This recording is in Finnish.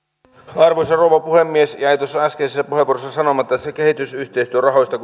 arvoisa rouva puhemies jäi tuossa äskeisessä puheenvuorossa sanomatta se kehitysyhteistyörahoista